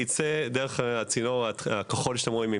יצא דרך הצינור הכחול שאתם רואים,